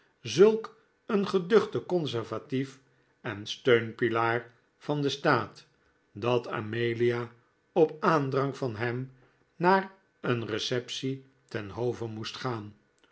zulk een geduchte conservatief en steunpilaar van den staat dat amelia op aandrang van hem naar een receptie ten hove moest gaan